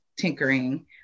tinkering